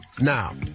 Now